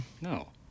No